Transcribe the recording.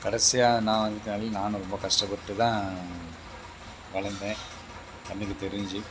கடைசியாக நான் வந்ததாலே நானும் ரொம்ப கஷ்டப்பட்டு தான் வளர்ந்தேன் கண்ணுக்கு தெரிஞ்சு